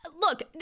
Look